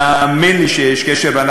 תאמין לי שיש קשר.